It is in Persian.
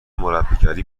مربیگری